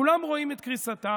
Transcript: כולם רואים את קריסתה